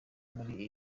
muri